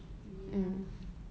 ya